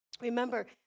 Remember